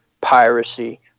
piracy